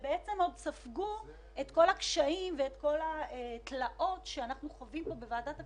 שגם ספגו את כל הקשיים והתלאות שאנחנו חווים פה בוועדת הכספים,